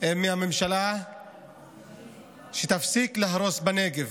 מהממשלה הן שתפסיק להרוס בנגב,